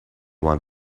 want